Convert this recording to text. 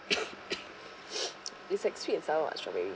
it's like sweet and sour ah strawberry